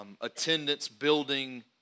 attendance-building